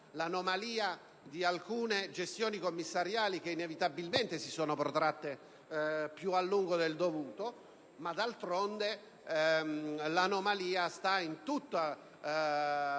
l'anomalia di alcune gestioni commissariali che inevitabilmente si sono protratte più a lungo del dovuto, ma d'altronde l'anomalia sta in tutta la